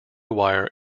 wire